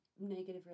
negative